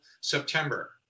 September